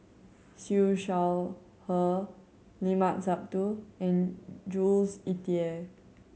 Siew Shaw Her Limat Sabtu and Jules Itier